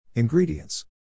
Ingredients